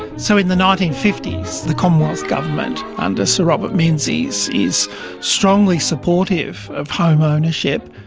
so in the nineteen fifty s the commonwealth government under sir robert menzies is strongly supportive of home ownership.